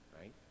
right